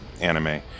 anime